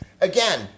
Again